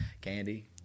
Candy